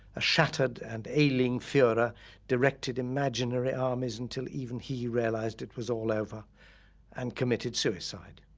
a shattered and ailing fuhrer directed imaginary armies until even he realized it was all over and committed suicide.